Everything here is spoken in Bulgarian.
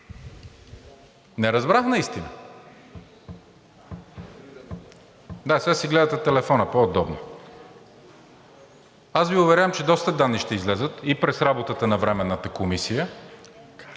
Не разбрах наистина. Сега си гледате телефона, по-удобно е. Аз Ви уверявам, че доста данни ще излязат и през работата на Временната комисия,